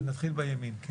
נתחיל בימין.